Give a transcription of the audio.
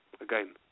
Again